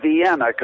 Vienna